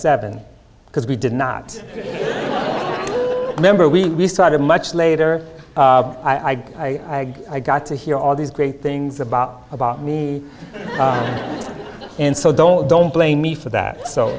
seven because we did not remember we decided much later i got to hear all these great things about about me and so don't don't blame me for that so